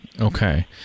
Okay